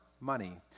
money